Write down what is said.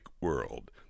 world